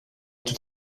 tout